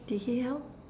did he help